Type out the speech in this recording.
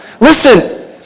Listen